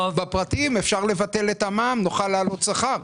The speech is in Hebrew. בפרטיים אפשר לבטל את המע"מ, נוכל להעלות שכר.